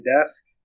desk